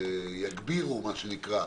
יגבירו, מה שנקרא,